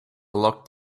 locked